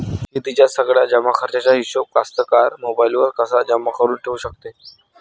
शेतीच्या सगळ्या जमाखर्चाचा हिशोब कास्तकार मोबाईलवर कसा जमा करुन ठेऊ शकते?